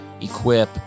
Equip